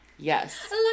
Yes